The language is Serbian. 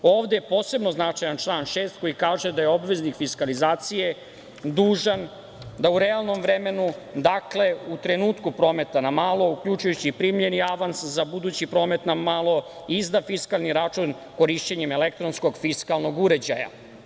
Ovde je posebno značajan član 6. koji kaže da je obveznik fiskalizacije dužan da u realnom vremenu, dakle, u trenutku prometa na malo, uključujući i primljeni avans za budući promet na malo, izda fiskalni račun korišćenjem elektronskog fiskalnog uređaja.